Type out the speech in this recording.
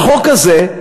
החוק הזה,